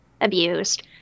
abused